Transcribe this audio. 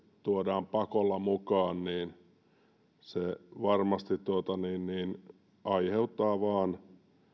tuodaan pakolla mukaan niin se varmasti aiheuttaa vain